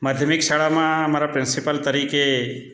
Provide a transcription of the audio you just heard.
માધ્યમિક શાળામાં મારા પ્રિન્સિપલ તરીકે